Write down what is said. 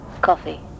Coffee